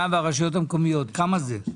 והרשויות המקומיות כמה זה?